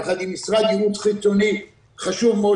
יחד עם משרד ייעוץ חיצוני חשוב מאוד